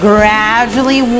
Gradually